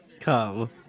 come